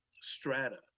strata